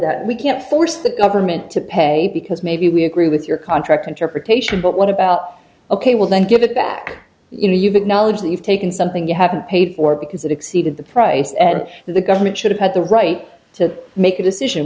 that we can't force the government to pay because maybe we agree with your contract interpretation but what about ok well then give it back you know you've acknowledged that you've taken something you haven't paid for because it exceeded the price and the government should have had the right to make a decision